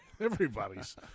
Everybody's